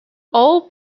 all